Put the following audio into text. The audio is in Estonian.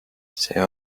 see